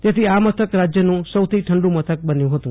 તેથી આ મથક રાજ્યનું ઠંડુ મથક બન્યું હતું